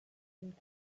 and